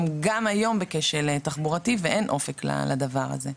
הם גם היום בכשל תחבורתי ואין אופק לדבר הזה.